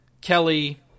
Kelly